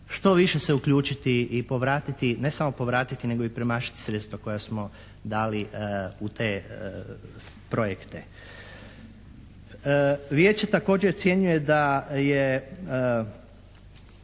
što više se uključiti i povratiti, ne samo povratiti nego i premašiti sredstva koja smo dali u te projekte. Vijeće također ocjenjuje da je,